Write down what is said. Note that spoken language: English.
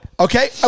Okay